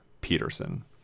Peterson